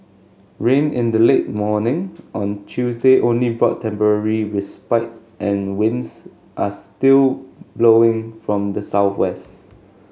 rain in the late morning on Tuesday only brought temporary respite and winds are still blowing from the southwest